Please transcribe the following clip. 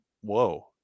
Whoa